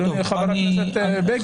אדוני חבר הכנסת בגין.